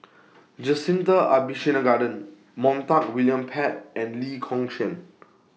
Jacintha Abisheganaden Montague William Pett and Lee Kong Chian